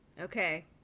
Okay